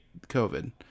COVID –